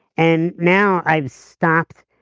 and now i've stopped